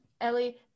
Ellie